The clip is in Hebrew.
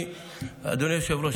אדוני היושב-ראש,